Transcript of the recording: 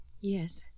Yes